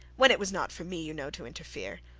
when it was not for me, you know, to interfere.